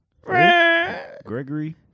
Gregory